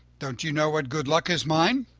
don't you know what good luck is mine?